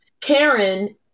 Karen